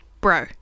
bro